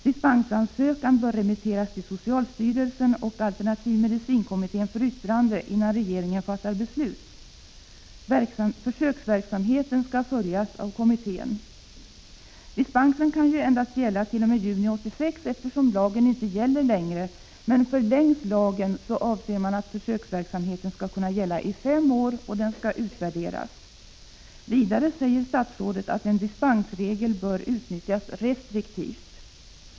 Dispensansökan bör remitteras till socialstyrelsen och alternativmedicinkommittén för yttrande innan regeringen fattar beslut. Försöksverksamheten skall följas av kommittén. Dispensen kan ju endast beviljas t.o.m. juni 1986, eftersom lagen inte gäller längre. Men förlängs lagen, anser man att försöksverksamheten skall kunna gälla i fem år och att den skall utvärderas. Vidare säger statsrådet att en dispensregel bör utnyttjas restriktivt.